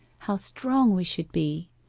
how strong we should be!